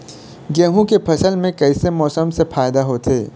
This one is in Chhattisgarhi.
गेहूं के फसल म कइसे मौसम से फायदा होथे?